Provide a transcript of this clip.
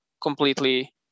completely